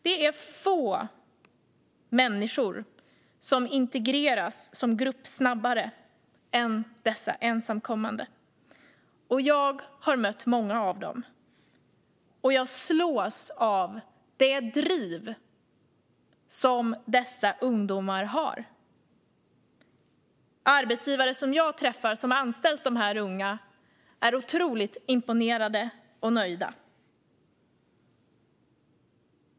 Det är få människor som integreras som grupp snabbare än dessa ensamkommande. Och jag har mött många av dem. Jag slås av det driv som dessa ungdomar har. Arbetsgivare som jag träffar och som har anställt dessa ungdomar är otroligt imponerade och nöjda.